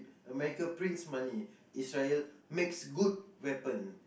America prints money Israel makes good weapon